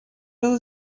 dass